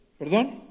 perdón